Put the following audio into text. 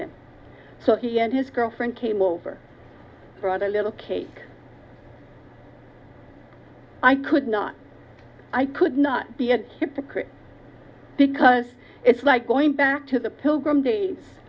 him so he and his girlfriend came over for the little cake i could not i could not be a hypocrite because it's like going back to the pilgrim days